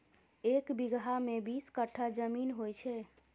एक बीगहा मे बीस कट्ठा जमीन होइ छै